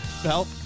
Help